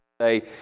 say